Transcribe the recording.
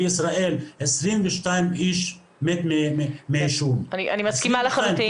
אם יש אלכוהול, אסור לעשן.